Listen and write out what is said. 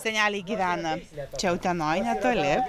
seneliai gyvena čia utenoj netoli